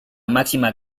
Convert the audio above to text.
máxima